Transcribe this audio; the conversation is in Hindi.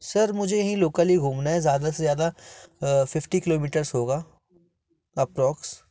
सर मुझे यहीं लोकल ही घूमना है ज़्यादा से ज़्यादा फ़िफ़्टी किलोमीटर्स होगा अप्रॉक्स